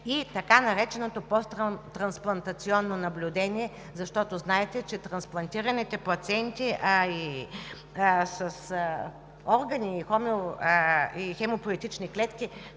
и така нареченото посттрансплантационно наблюдение, защото, знаете, че за трансплантираните пациенти с органи и хемопоетични клетки